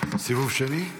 סיבוב שני.